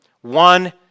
One